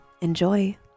Enjoy